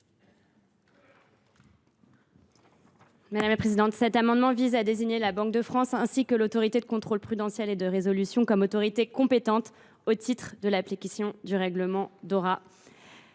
déléguée. Cet amendement vise à désigner la Banque de France, ainsi que l’Autorité de contrôle prudentiel et de résolution (ACPR), comme autorités compétentes au titre de l’application du règlement Dora.